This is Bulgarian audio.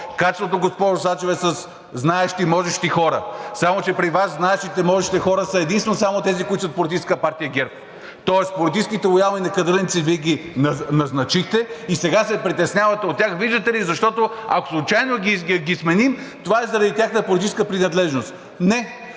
качеството, госпожо Сачева, със знаещи и можещи хора. Само че при Вас знаещите и можещите хора са единствено само тези, които са от Политическа партия ГЕРБ, тоест политическите лоялни некадърници Вие ги назначихте и сега се притеснявате от тях, виждате ли, защото, ако случайно ги сменим, това е заради тяхната политическа принадлежност. Не